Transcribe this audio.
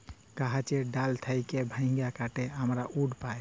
গাহাচের ডাল থ্যাইকে ভাইঙে কাটে আমরা উড পায়